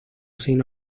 sin